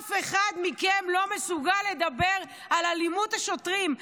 אף אחד מכם לא מסוגל לדבר על אלימות השוטרים,